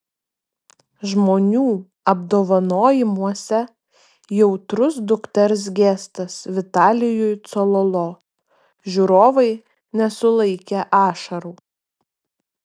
žmonių apdovanojimuose jautrus dukters gestas vitalijui cololo žiūrovai nesulaikė ašarų